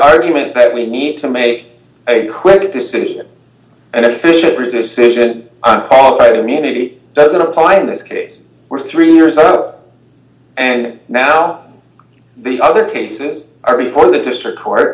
argument that we need to make a quick decision and official resist cision unqualified immunity doesn't apply in this case were three years ago and now the other cases are before the district c